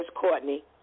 Courtney